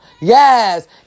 Yes